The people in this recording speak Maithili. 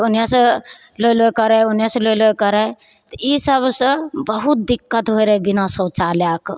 ओन्नेसे लोए लोए करै ओन्नेसे लोए लोए करै तऽ ई सबसे बहुत दिक्कत होइ रहै बिना शौचालयके